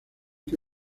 que